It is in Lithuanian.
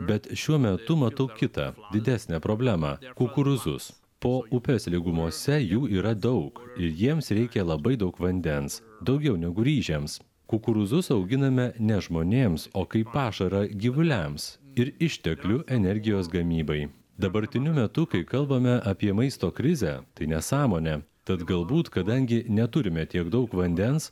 bet šiuo metu matau kitą didesnę problemą kukurūzus po upės lygumose jų yra daug ir jiems reikia labai daug vandens daugiau negu ryžiams kukurūzus auginame ne žmonėms o kaip pašarą gyvuliams ir išteklių energijos gamybai dabartiniu metu kai kalbame apie maisto krizę tai nesąmonė tad galbūt kadangi neturime tiek daug vandens